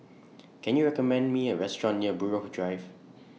Can YOU recommend Me A Restaurant near Buroh Drive